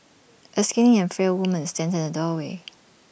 A skinny and frail woman stands in the doorway